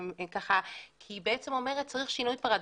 היא בעצם אומרת: צריך שינוי פרדיגמה.